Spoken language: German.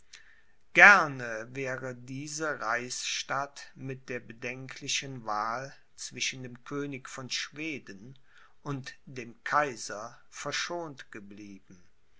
gerne wäre diese reichsstadt mit der bedenklichen wahl zwischen dem könig von schweden und dem kaiser verschont geblieben